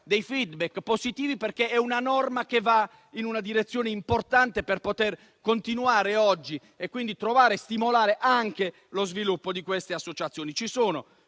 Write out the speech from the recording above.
dei *feedback* positivi perché è una norma che va in una direzione importante per poter continuare oggi a stimolare lo sviluppo di queste associazioni.